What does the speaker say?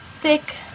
thick